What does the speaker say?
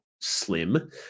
Slim